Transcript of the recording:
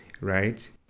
Right